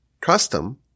custom